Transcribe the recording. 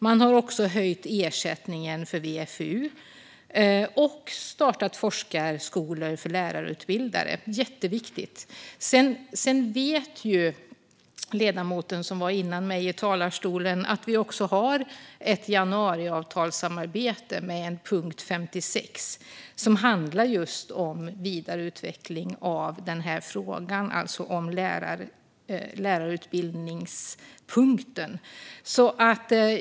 Man har höjt ersättningen för VFU och startat forskarskolor för lärarutbildare - jätteviktigt. Ledamoten som var före mig i talarstolen vet att vi har ett januariavtalssamarbete med en punkt 56, som handlar just om vidareutveckling av frågan om lärarutbildningspunkten.